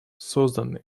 созданы